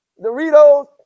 Doritos